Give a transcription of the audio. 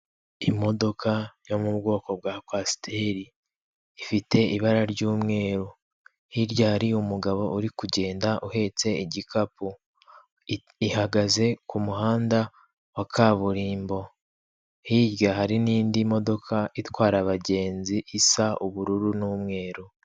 Imodoka yo mu bwoko bwa kwasiteri, ifite ibara ry'umweru, hirya hari umugabo uri kugenda uhetse igikapu, ihagaze ku muhanda wa kaburimbo, hirya hari n'indi modoka itwara abagenzi isa ubururu n'umweru.